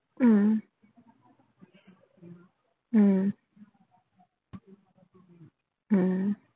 mm mm mm